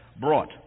brought